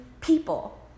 people